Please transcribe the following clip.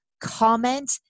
comment